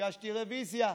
הגשתי רוויזיה,